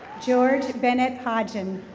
george bennett hodgin.